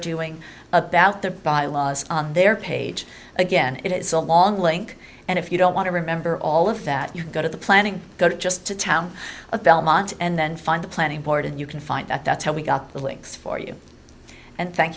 doing about the bylaws on their page again it is a long link and if you don't want to remember all of that you go to the planning go to just a town of belmont and then find the planning board and you can find that that's how we got the links for you and thank